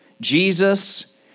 Jesus